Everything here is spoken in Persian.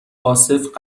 عاصف